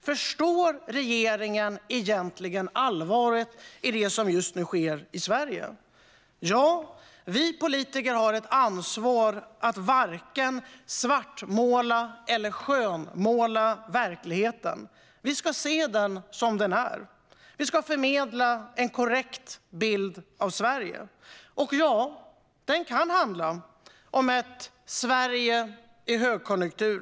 Förstår regeringen egentligen allvaret i det som just nu sker i Sverige? Vi politiker har att ansvar att varken svartmåla eller skönmåla verkligheten. Vi ska se den som den är. Vi ska förmedla en korrekt bild av Sverige. Och ja, den kan handla om ett Sverige i högkonjunktur.